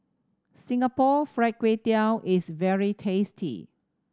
Singapore Fried Kway Tiao is very tasty